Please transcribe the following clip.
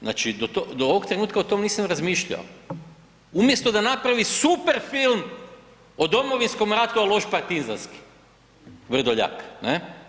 Znači do ovoga trenutka o tome nisam razmišljao, umjesto da napravi super film o Domovinskom ratu, a loš partizanski Vrdoljak, ne.